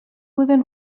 within